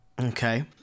okay